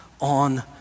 on